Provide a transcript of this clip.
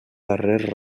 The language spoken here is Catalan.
darrer